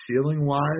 ceiling-wise